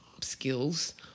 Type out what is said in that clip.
skills